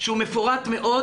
שהוא מפורט מאוד,